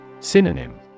Synonym